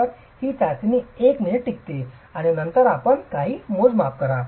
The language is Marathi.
तर ही चाचणी एक मिनिट टिकते आणि नंतर आपण काही मोजमाप करा